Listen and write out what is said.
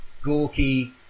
gawky